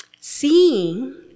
seeing